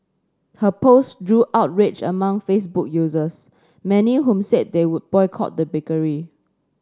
her post drew outrage among Facebook users many whom said they would boycott the bakery